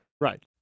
Right